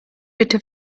bitte